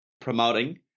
promoting